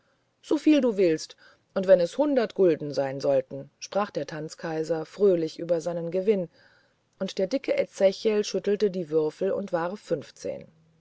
andern soviel du willst und wenn es hundert gulden sein sollten sprach der tanzkaiser fröhlich über seinen gewinn und der dicke ezechiel schüttelte die würfel und warf